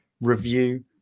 review